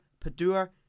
Padua